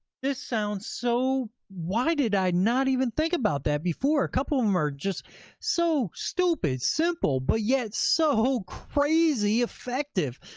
this sounds so. why did i not even think about that before? a couple of them are just so stupid, simple, but yet so crazy effective.